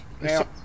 Now